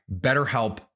BetterHelp